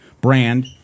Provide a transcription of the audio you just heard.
brand